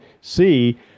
see